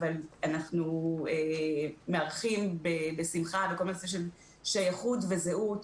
אבל אנחנו מארחים בשמחה בכל הנושא של שייכות וזהות,